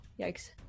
yikes